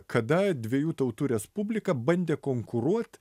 kada dviejų tautų respublika bandė konkuruot